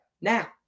Now